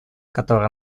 которое